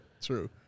true